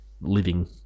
living